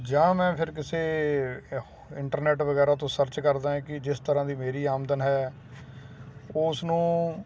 ਜਾਂ ਮੈਂ ਫਿਰ ਕਿਸੇ ਇੰਟਰਨੈੱਟ ਵਗੈਰਾ ਤੋਂ ਸਰਚ ਕਰਦਾ ਹੈ ਕੀ ਜਿਸ ਤਰ੍ਹਾਂ ਦੀ ਮੇਰੀ ਆਮਦਨ ਹੈ ਓਸ ਨੂੰ